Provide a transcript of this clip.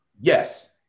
Yes